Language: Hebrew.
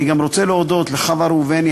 אני רוצה גם להודות לחוה ראובני,